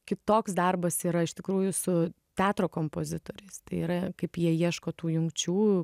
kitoks darbas yra iš tikrųjų su teatro kompozitoriais tai yra kaip jie ieško tų jungčių